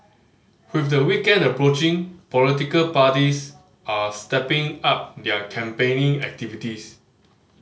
with the weekend approaching political parties are stepping up their campaigning activities